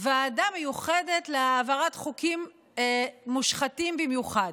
ועדה מיוחדת להעברת חוקים מושחתים במיוחד.